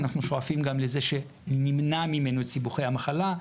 אנחנו שואפים גם לזה שנמנע ממנו את סיבוכי המחלה,